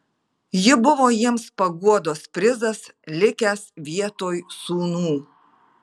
ji buvo jiems paguodos prizas likęs vietoj sūnų